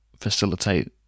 facilitate